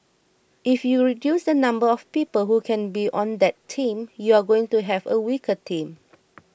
if you reduce the number of people who can be on that team you're going to have a weaker team